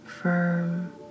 firm